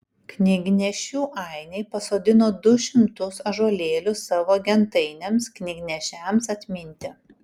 knygnešių ainiai pasodino du šimtus ąžuolėlių savo gentainiams knygnešiams atminti